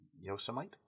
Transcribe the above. Yosemite